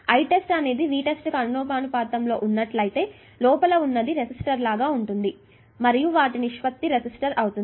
I test అనేది Vtest కు అనులోమానుపాతంలో ఉన్నట్లయితే లోపల ఉన్నది రెసిస్టర్ లాగా ఉంటుంది మరియు వాటి నిష్పత్తి రెసిస్టెన్స్ అవుతుంది